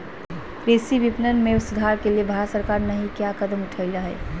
कृषि विपणन में सुधार के लिए भारत सरकार नहीं क्या कदम उठैले हैय?